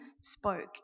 spoke